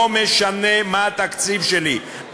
לא משנה מה התקציב שלי,